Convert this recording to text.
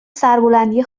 سربلندی